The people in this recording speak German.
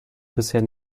bisher